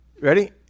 Ready